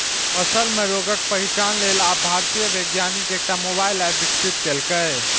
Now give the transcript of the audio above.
फसल मे रोगक पहिचान लेल आब भारतीय वैज्ञानिक एकटा मोबाइल एप विकसित केलकैए